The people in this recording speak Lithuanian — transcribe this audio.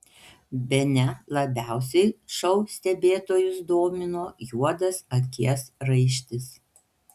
bene labiausiai šou stebėtojus domino juodas akies raištis